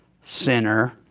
sinner